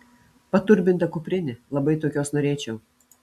paturbinta kuprinė labai tokios norėčiau